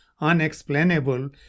unexplainable